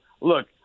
look